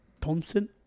Thompson